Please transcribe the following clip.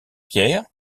pierre